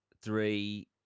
three